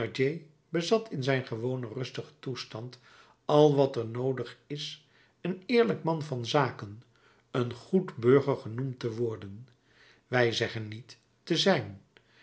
bezat in zijn gewonen rustigen toestand al wat er noodig is een eerlijk man van zaken een goed burger genoemd te worden wij zeggen niet te zijn